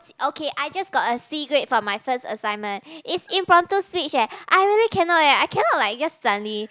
okay I just got a C grade for my first assignment is impromptu speech eh I really cannot eh I cannot like just suddenly